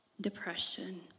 depression